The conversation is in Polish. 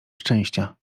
szczęścia